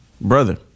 brother